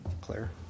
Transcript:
Claire